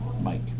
Mike